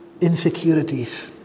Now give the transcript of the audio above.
insecurities